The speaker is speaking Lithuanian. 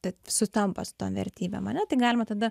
tad sutampa su tom vertybėm ar ne tai galima tada